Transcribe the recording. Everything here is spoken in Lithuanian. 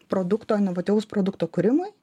produkto inovatyvaus produkto kūrimui